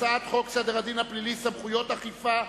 הצעת חוק סדר הדין הפלילי (סמכויות אכיפה,